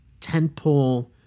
tentpole